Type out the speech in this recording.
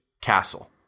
castle